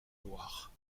loire